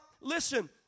Listen